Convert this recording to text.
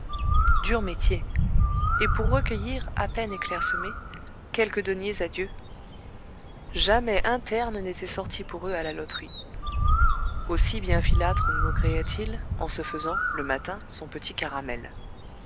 dur métier et pour recueillir à peine et clairsemés quelques deniers à dieu jamais un terne n'était sorti pour eux à la loterie aussi bienfilâtre maugréait il en se faisant le matin son petit caramel